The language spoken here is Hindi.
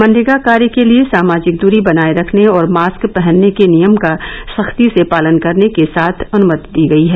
मनरेगा कार्य के लिए सामाजिक दूरी बनाये रखने और मास्क पहनने के नियम का सख्ती से पालन करने के साथ अनुमति दी गई है